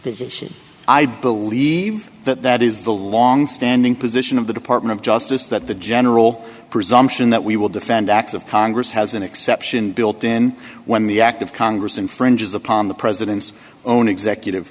position i believe that that is the longstanding position of the department of justice that the general presumption that we will defend acts of congress has an exception built in when the act of congress infringes upon the president's own executive